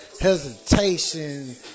hesitation